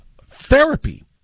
therapy